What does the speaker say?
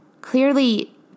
Clearly